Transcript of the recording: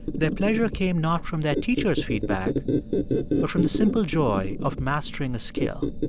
their pleasure came not from their teacher's feedback but from the simple joy of mastering a skill.